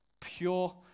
Pure